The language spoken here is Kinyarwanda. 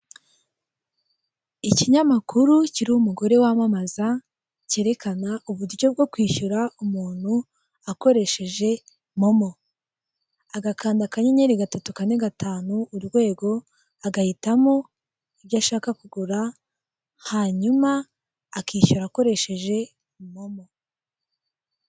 Ikinyamakuru kiriho umugore wamamaza, cyerekana uburyo bwo kwishyura umuntu akoresheje momo, agakanda kanyenyeri gatatu, kane, gatanu, urwego, agahitamo ibyo ashaka kugura, hanyuma akishyura akoresheje momo.